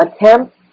attempt